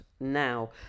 now